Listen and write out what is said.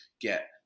get